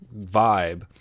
Vibe